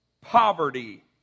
poverty